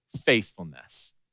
faithfulness